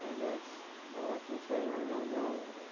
that's all i can say. i don't know.